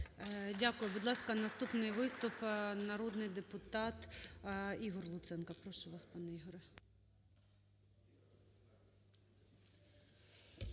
Дякую. Будь ласка, наступний виступ народний депутат Ігор Луценко. Прошу вас, пане Ігоре.